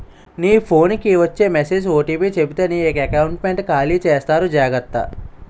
మీ phone కి వచ్చే message OTP చెప్పితే నీకే కామెంటు ఖాళీ చేసేస్తారు జాగ్రత్త